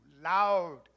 loud